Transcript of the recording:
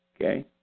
Okay